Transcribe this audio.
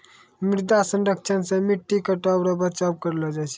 मृदा संरक्षण से मट्टी कटाव रो बचाव करलो जाय